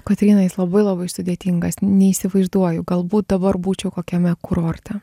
kotryna jis labai labai sudėtingas neįsivaizduoju galbūt dabar būčiau kokiame kurorte